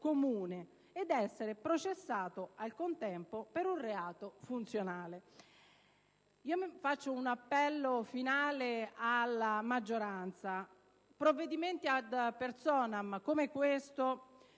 comune ed essere processato, al contempo, per un reato funzionale. Rivolgo un appello finale alla maggioranza: provvedimenti *ad personam* come questo